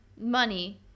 money